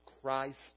Christ